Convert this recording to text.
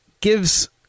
gives